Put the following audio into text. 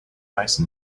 nice